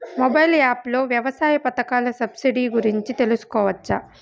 Mobile app లో వ్యవసాయ పథకాల సబ్సిడి గురించి తెలుసుకోవచ్చా?